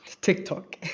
TikTok